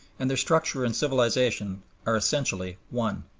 and their structure and civilization are essentially one.